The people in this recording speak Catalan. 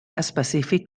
específic